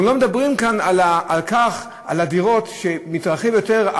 אנחנו לא מדברים כאן על הדירות, שם זה מתרחב יותר,